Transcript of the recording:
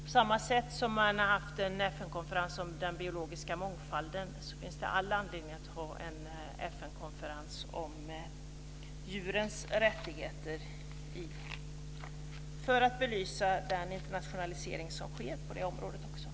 Liksom man har haft en FN-konferens om den biologiska mångfalden finns det all anledning att ha en FN-konferens om djurens rättigheter för att belysa den internationalisering som sker också på det området.